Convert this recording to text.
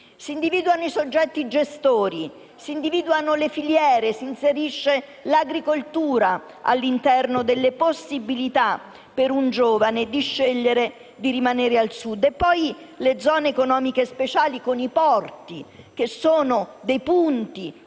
si individuano i soggetti gestori, si individuano le filiere, si inserisce l'agricoltura all'interno delle possibilità per un giovane di scegliere di rimanere al Sud. Ci sono poi le Zone economiche speciali (ZES), con i porti, che sono dei punti